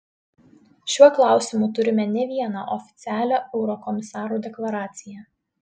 šiuo klausimu turime ne vieną oficialią eurokomisarų deklaraciją